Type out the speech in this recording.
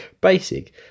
basic